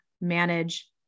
manage